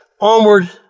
Onward